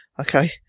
okay